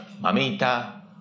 mamita